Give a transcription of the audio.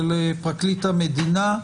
של פרקליט המדינה,